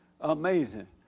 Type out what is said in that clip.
Amazing